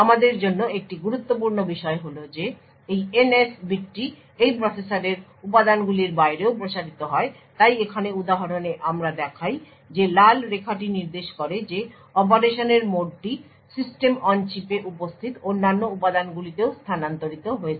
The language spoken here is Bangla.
আমাদের জন্য একটি গুরুত্বপূর্ণ বিষয় হল যে এই NS বিটটি এই প্রসেসরের উপাদানগুলির বাইরেও প্রসারিত হয় তাই এখানে উদাহরণে আমরা দেখাই যে লাল রেখাটি নির্দেশ করে যে অপারেশনের মোডটি সিস্টেম অন চিপে উপস্থিত অন্যান্য উপাদানগুলিতেও স্থানান্তরিত হয়েছে